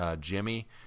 Jimmy